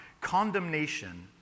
condemnation